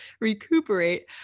recuperate